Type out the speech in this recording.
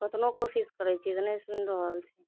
कतनो कोशिश करै छियै तऽ नहि सुनि रहल छै